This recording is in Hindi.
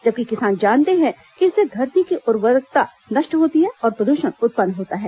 जबकि किसान जानते हैं कि इससे धरती की उर्वरकता नष्ट होती है और प्रदूषण उत्पन्न होता है